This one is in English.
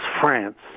France